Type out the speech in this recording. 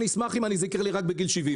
אשמח אם זה יקרה לי רק בגיל 70,